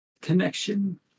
connection